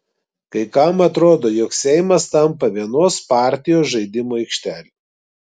kai kam atrodo jog seimas tampa vienos partijos žaidimų aikštele